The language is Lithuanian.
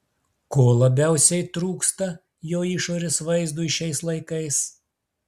ko labiausiai trūksta jo išorės vaizdui šiais laikais